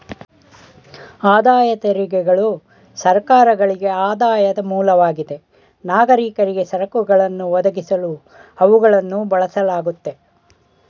ಆದಾಯ ತೆರಿಗೆಗಳು ಸರ್ಕಾರಗಳ್ಗೆ ಆದಾಯದ ಮೂಲವಾಗಿದೆ ನಾಗರಿಕರಿಗೆ ಸರಕುಗಳನ್ನ ಒದಗಿಸಲು ಅವುಗಳನ್ನ ಬಳಸಲಾಗುತ್ತೆ